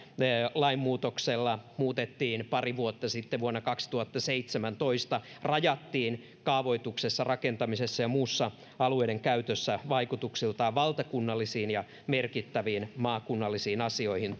lainmuutoksella muutettiin pari vuotta sitten vuonna kaksituhattaseitsemäntoista tuo elyjen valitusoikeus rajattiin kaavoituksessa rakentamisessa ja muussa alueiden käytössä vaikutuksiltaan valtakunnallisiin ja merkittäviin maakunnallisiin asioihin